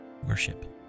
worship